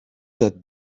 that